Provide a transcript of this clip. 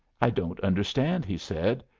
i don't understand, he said.